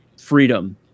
freedom